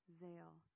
Zale